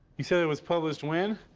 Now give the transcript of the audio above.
you said it was published when?